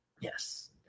Yes